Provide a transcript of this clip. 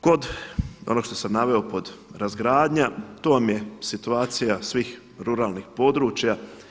Kod onog što sam naveo pod razgradnja, to vam je situacija svih ruralnih područja.